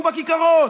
ובכיכרות,